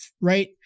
right